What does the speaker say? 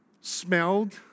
smelled